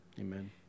Amen